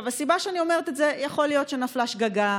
הסיבה שאני אומרת את זה, יכול להיות שנפלה שגגה,